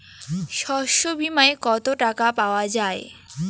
শস্য বিমায় কত টাকা পাওয়া যায়?